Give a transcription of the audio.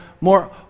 more